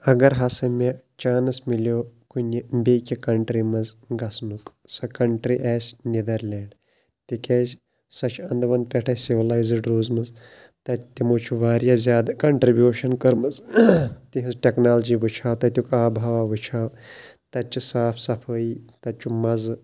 اَگَر ہَسا مےٚ چانَس مِلیو کُنہِ بیٚیہِ کیٚنٛہہ کَنٹری منٛز گَژھنُک سۄ کَنٹری آسہِ نِدَرلینٛڈ تِکیازِ سۄ چھ اَنٛد وَنٛد پٮ۪ٹھے سِوِلایزٕڈ روزمٕژ تَتہِ تِمو چھ وارِیاہ زیادٕ کَنٹرِبِیوشَن کٔرمژ تہنٛز ٹیٚکنالجی وُچھہِ ہاو تَتِیُک آبہِ ہَوا وُچھہِ ہاو تَتہِ چھِ صاف صفٲیی تَتہِ چھُ مَزٕ